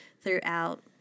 throughout